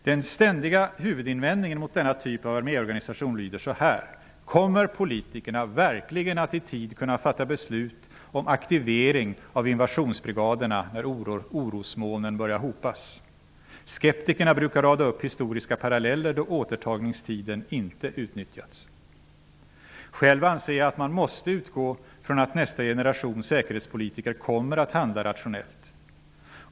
Den ständiga huvudinvändningen mot denna typ av arméorganisation lyder så här: Kommer politikerna verkligen att i tid kunna fatta beslut om aktivering av invasionsbrigaderna när orosmolnen börjar hopas? Skeptikerna brukar rada upp historiska paralleller då återtagningstiden inte utnyttjats. Själv anser jag att man måste utgå från att nästa generation säkerhetspolitiker kommer att handla rationellt.